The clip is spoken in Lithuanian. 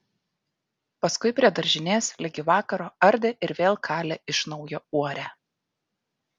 paskui prie daržinės ligi vakaro ardė ir vėl kalė iš naujo uorę